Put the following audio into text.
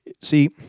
See